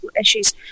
issues